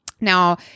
Now